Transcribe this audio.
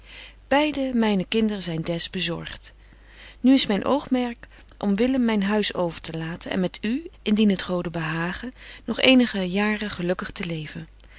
beide myne kinderen zyn des bezorgt nu is myn oogmerk om willem myn huis overbetje wolff en aagje deken historie van mejuffrouw sara burgerhart telaten en met u indien het gode behage nog eenige jaren gelukkig te leven